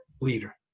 leader